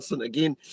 again